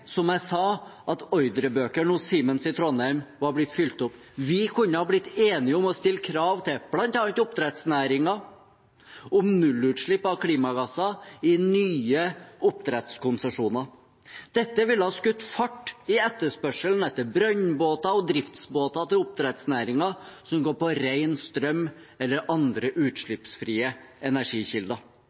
at ordrebøkene hos Siemens i Trondheim hadde blitt fylt opp. Vi kunne blitt enige om å stille krav til bl.a. oppdrettsnæringen om nullutslipp av klimagasser i nye oppdrettskonsesjoner. Dette ville ha skutt fart i etterspørselen etter brønnbåter og driftsbåter til oppdrettsnæringen som går på ren strøm eller andre utslippsfrie energikilder.